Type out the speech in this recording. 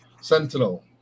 Sentinel